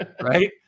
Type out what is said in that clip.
Right